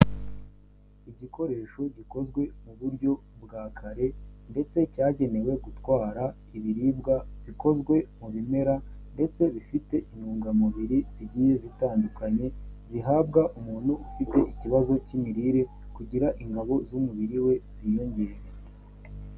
Igikoresho gikozwe mu buryo bwa kare ndetse cyagenewe gutwara ibiribwa bikozwe mu bimera ndetse bifite intungamubiri zigiye zitandukanye zihabwa umuntu ufite ikibazo cy'imirire kugira ingabo z'umubiri we ziyongerare.